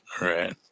Right